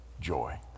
joy